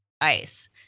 ice